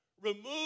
remove